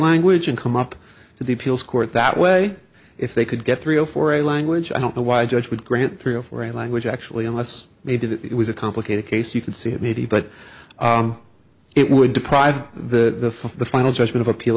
language and come up to the appeals court that way if they could get three zero for a language i don't know why judge would grant three or four a language actually unless they do that it was a complicated case you can see it maybe but it would deprive the of the final judgment of appeal